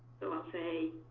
so i'll say